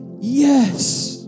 yes